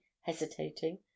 hesitating